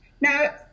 Now